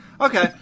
Okay